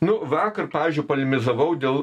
nu vakar pavyzdžiui polemizavau dėl